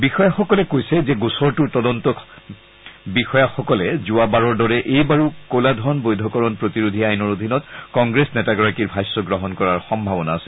বিষয়াসকলে কৈছে যে গোচৰটোৰ তদন্ত বিষয়াসকলে যোৱা বাৰৰ দৰে এইবাৰো কলা ধন বৈধকৰণ প্ৰতিৰোধি আইনৰ অধীনত কংগ্ৰেছ নেতাগৰাকীৰ ভাষ্য গ্ৰহণ কৰাৰ সম্ভাৱনা আছে